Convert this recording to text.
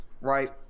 right